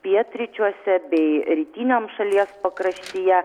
pietryčiuose bei rytiniam šalies pakraštyje